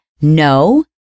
No